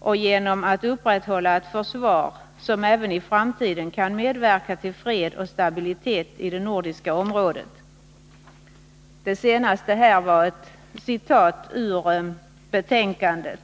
och genom att upprätthålla ett försvar som även i framtiden kan medverka till fred och stabilitet i det nordiska området”. Det senaste var ett citat ur betänkandet.